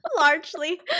Largely